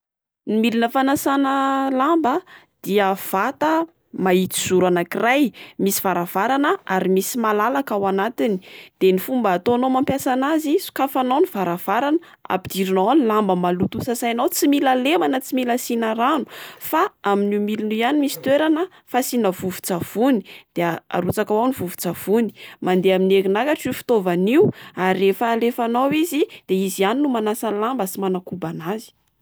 Ny milina fanasana lamba a, dia vata mahitsy zoro anakiray. Misy varavarana ary misy malalaka ao anatiny. De ny fomba ataonao mampiasa an'azy: sokafanao ny varavarana, ampidiranao ao ny lamba maloto ho sasainao. Tsy mila lemana tsy mila asiana rano. Fa amin'io milina io ihany misy toerana fasiana vovo-tsavony, de arotsakao ao ny vovo-tsavony. Mandeha amin'ny herinaratra io fitaovana io ary rehefa alefanao izy dia izy ihany no manasa ny lamba sy manakobana azy.